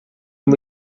and